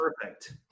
perfect